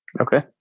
Okay